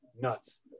nuts